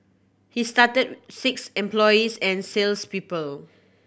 he started six employees and sales people